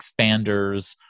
expanders